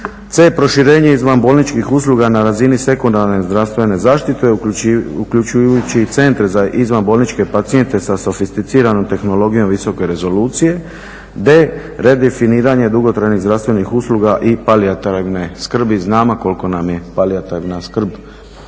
c) proširenje izvanbolničkih usluga na razini sekundarne zdravstvene zaštite uključujući i centre za izvanbolničke pacijente sa sofisticiranom tehnologijom visoke rezolucije, d) redefiniranje dugotrajnih zdravstvenih usluga i palijativne skrbi, znamo koliko nam je palijativna skrb